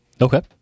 Okay